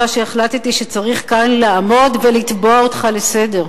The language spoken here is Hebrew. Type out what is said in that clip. ולכן החלטתי שצריך כאן לעמוד ולתבוע אותך לסדר.